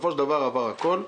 ההחלטות